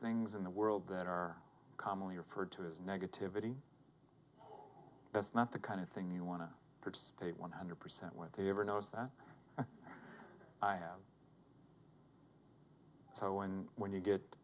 things in the world that are commonly referred to as negativity that's not the kind of thing you want to participate one hundred percent with you ever notice that i am so and when you get